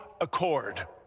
accord